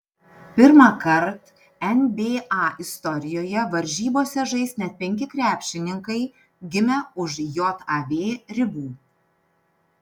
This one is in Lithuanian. pirmąkart nba istorijoje varžybose žais net penki krepšininkai gimę už jav ribų